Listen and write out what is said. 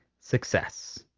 success